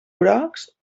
brocs